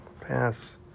Pass